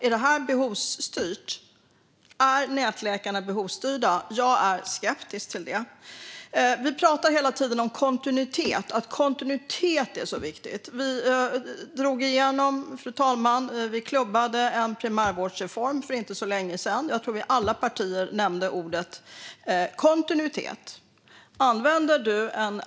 Är det här behovsstyrt? Är nätläkarna behovsstyrda? Jag är skeptisk till det. Vi pratar hela tiden om kontinuitet, att kontinuitet är viktigt. Vi drog igenom och klubbade en primärvårdsreform för inte så länge sedan. Jag tror att alla partier nämnde ordet kontinuitet.